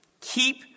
Keep